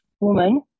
woman